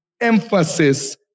emphasis